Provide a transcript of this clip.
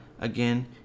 again